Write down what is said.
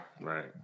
right